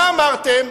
מה אמרתם?